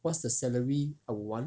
what's the salary I want